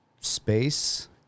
space